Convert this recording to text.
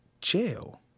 jail